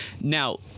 now